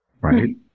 Right